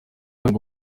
abiri